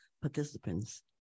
participants